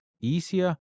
easier